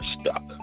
stuck